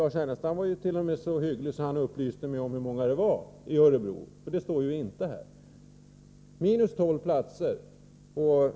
Lars Ernestam var t.o.m. så hygglig att han upplyste mig om hur många platser det gällde i Örebro — det står inte här — nämligen minus tolv platser.